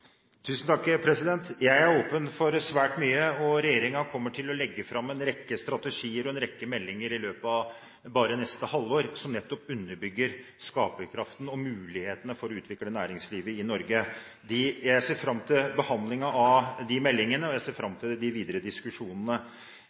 Jeg er åpen for svært mye, og regjeringen kommer til å legge fram en rekke strategier og en rekke meldinger i løpet av bare neste halvår, som nettopp underbygger skaperkraften og mulighetene for å utvikle næringslivet i Norge. Jeg ser fram til behandlingen av de meldingene, og jeg ser fram til de videre diskusjonene.